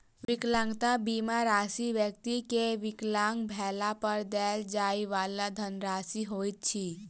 विकलांगता बीमा राशि व्यक्ति के विकलांग भेला पर देल जाइ वाला धनराशि होइत अछि